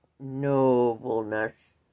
nobleness